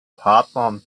partnern